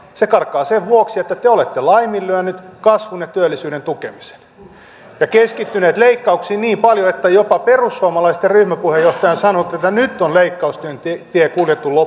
se karkaa sen vuoksi että te olette laiminlyöneet kasvun ja työllisyyden tukemisen ja keskittyneet leikkauksiin niin paljon että jopa perussuomalaisten ryhmäpuheenjohtaja on sanonut että nyt on leikkausten tie kuljettu loppuun